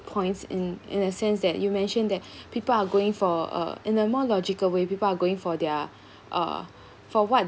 points in in a sense that you mention that people are going for uh in a more logical way people are going for their uh for what